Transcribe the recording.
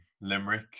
Limerick